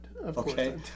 Okay